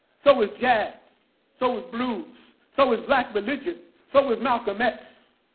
so was jazz, so was blues, so was black religion, so was malcolm x,